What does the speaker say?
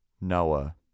Noah